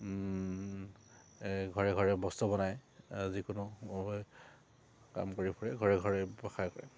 ঘৰে ঘৰে বস্তু বনায় যিকোনো কাম কৰি ফুৰে ঘৰে ঘৰে ব্যৱসায় কৰে